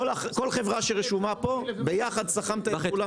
כל חברה שרשומה פה, ביחד סכמת את כולם?